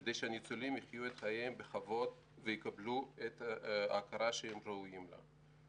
כדי שהניצולים יחיו את חייהם בכבוד ויקבלו את ההכרה שהם ראויים לה.